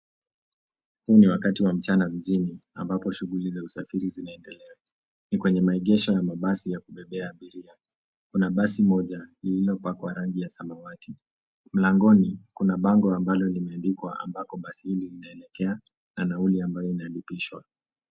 Huu ni wakati wa mchana mjini, ambapo shughuli za usafiri zinaendelea. Ni kwenye maegeshe ya mabasi ya kubebea abiria. Kuna basi moja lililopakwa rangi ya samawati. Mlangoni kuna bango ambalo limeandikwa ambako basi hili linaelekea, na nauli ambayo inalipishwa.